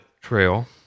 trail